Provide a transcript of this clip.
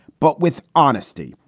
but with honesty,